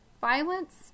violence